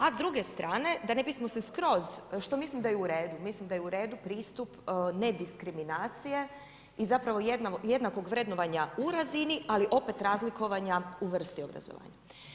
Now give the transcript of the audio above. A s druge strane, da ne bismo se skroz, što mislim da je i u redu, mislim da je u redu pristup nediskriminacije, gdje zapravo jednakog vrednovanja u razini, ali opet razlikovanja u vrsti obrazovanja.